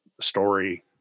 story